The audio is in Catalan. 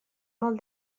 molt